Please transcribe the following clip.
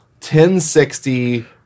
1060